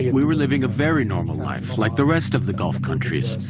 we were living a very normal life like the rest of the gulf countries.